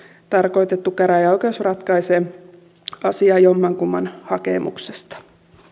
tarkoitettu käräjäoikeus ratkaisee asian jommankumman hakemuksesta